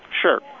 Sure